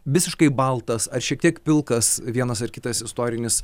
visiškai baltas ar šiek tiek pilkas vienas ar kitas istorinis